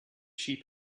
sheep